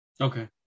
Okay